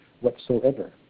whatsoever